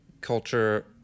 culture